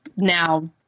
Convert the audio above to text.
now